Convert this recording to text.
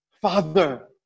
Father